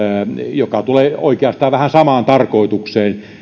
joka tulee oikeastaan vähän samaan tarkoitukseen